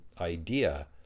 idea